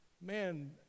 Man